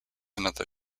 another